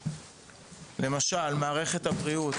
למשל, מערכת הבריאות